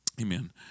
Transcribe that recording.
Amen